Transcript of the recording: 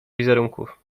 wizerunków